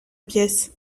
pièce